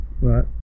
Right